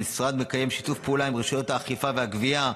המשרד מקיים שיתוף פעולה עם רשות האכיפה והגבייה.